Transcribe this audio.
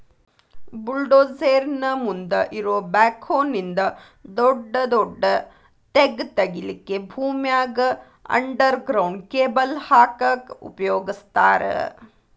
bulldozer ನ ಮುಂದ್ ಇರೋ ಬ್ಯಾಕ್ಹೊ ನಿಂದ ದೊಡದೊಡ್ಡ ತೆಗ್ಗ್ ತಗಿಲಿಕ್ಕೆ ಭೂಮ್ಯಾಗ ಅಂಡರ್ ಗ್ರೌಂಡ್ ಕೇಬಲ್ ಹಾಕಕ್ ಉಪಯೋಗಸ್ತಾರ